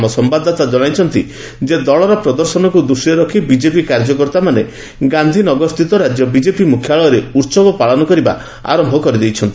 ଆମ ସମ୍ଭାଦଦାତା ଜଣାଇଛନ୍ତି ଯେ ଦଳର ପ୍ରଦର୍ଶନକୁ ଦୃଷ୍ଟିରେ ରଖି ବିଜେପି କାର୍ଯ୍ୟକର୍ତ୍ତାମାନେ ଗାନ୍ଧିନଗର ସ୍ଥିତ ରାଜ୍ୟ ବିଜେପି ମୁଖ୍ୟାଳୟରେ ଉହବ ପାଳନ କରିବା ଆରମ୍ଭ କରିଦେଇଛନ୍ତି